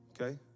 okay